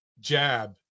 jab